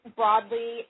broadly